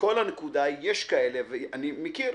הנקודה היא שיש כאלה, ואני מכיר,